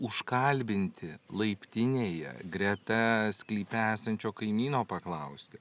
užkalbinti laiptinėje greta sklype esančio kaimyno paklausti